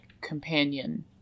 companion